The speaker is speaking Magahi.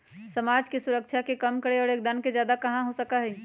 समाज के सुरक्षा के कर कम और योगदान ज्यादा कहा जा सका हई